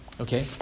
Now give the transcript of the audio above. okay